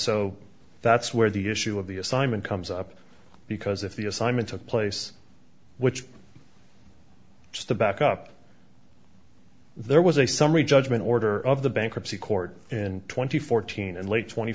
so that's where the issue of the assignment comes up because if the assignment took place which is the back up there was a summary judgment order of the bankruptcy court in twenty fourteen in late tw